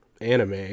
anime